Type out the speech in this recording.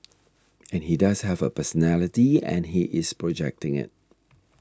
and he does have a personality and he is projecting it